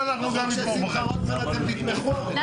אני